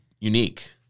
unique